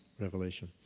revelation